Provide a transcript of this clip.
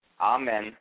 Amen